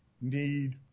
need